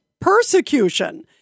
persecution